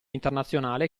internazionale